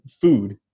food